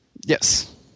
Yes